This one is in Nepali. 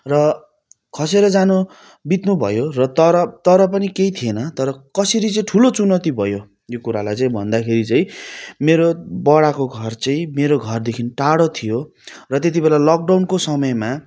र खसेर जानु बित्नु भयो तर तर पनि केही थिएन तर कसरी चाहिँ ठुलो चुनौती भयो यो कुरालाई चाहिँ भन्दाखेरि चाहिँ मेरो बडाको घर चाहिँ मेरो घरदेखि टाढो थियो र त्यति बेला लकडाउनको समयमा